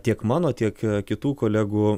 tiek mano tiek kitų kolegų